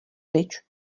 pryč